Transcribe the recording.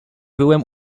byłem